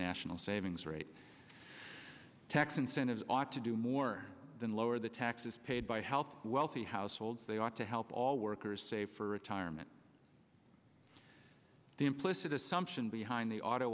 national savings rate tax incentives ought to do more than lower the taxes paid by help wealthy households they ought to help all workers save for retirement the implicit assumption behind the auto